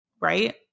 right